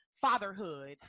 fatherhood